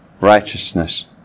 righteousness